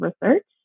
research